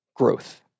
Growth